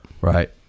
Right